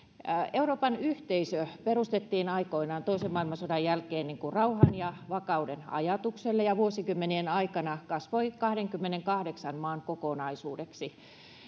euroopan yhteisö perustettiin aikoinaan toisen maailmansodan jälkeen rauhan ja vakauden ajatukselle ja vuosikymmenien aikana se kasvoi kahdenkymmenenkahdeksan maan kokonaisuudeksi